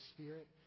Spirit